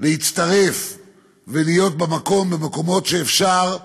להצטרף ולהיות במקום, במקומות שאפשר,